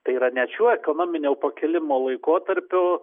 tai yra net šiuo ekonominio pakilimo laikotarpiu